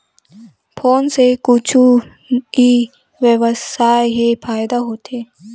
Phone से कुछु ई व्यवसाय हे फ़ायदा होथे?